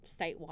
statewide